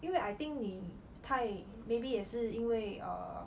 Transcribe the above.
因为 I think 你太 maybe 也是因为 err